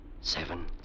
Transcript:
seven